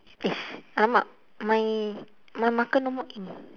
eh !alamak! my my marker no more ink